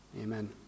amen